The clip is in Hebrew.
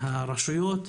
והרשויות.